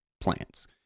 plants